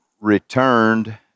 returned